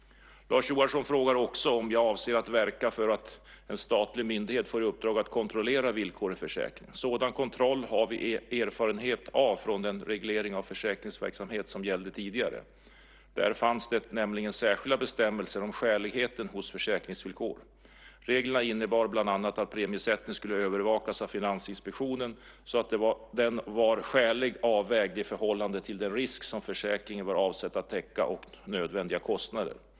Lars Johansson frågar också om jag avser att verka för att en statlig myndighet får i uppdrag att kontrollera villkoren för hemförsäkringarna. Sådan kontroll har vi erfarenhet av från den reglering av försäkringsverksamhet som gällde tidigare. Där fanns det nämligen särskilda bestämmelser om skäligheten hos försäkringsvillkor. Reglerna innebar bland annat att premiesättningen skulle övervakas av Finansinspektionen så att den var skäligt avvägd i förhållande till den risk som försäkringen var avsedd att täcka och nödvändiga kostnader.